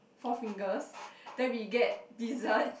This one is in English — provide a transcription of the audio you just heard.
Four Fingers then we get dessert